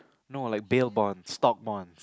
no like bail bond stock bond